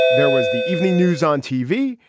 there was the evening news on tv.